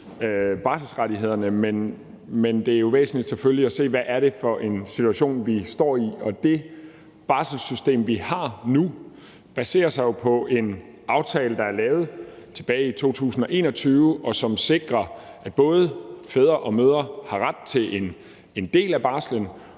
barselsrettighederne, men det er jo væsentligt selvfølgelig at se på, hvad det er for en situation, vi står i. Det barselssystem, vi har nu, baserer sig jo på en aftale, der er lavet tilbage i 2021, og som sikrer, at både fædre og mødre har ret til en del af barslen,